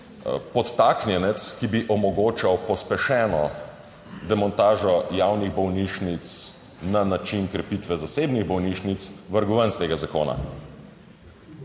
potaknjenec, ki bi omogočal pospešeno demontažo javnih bolnišnic na način krepitve zasebnih bolnišnic, vrgel ven iz tega zakona.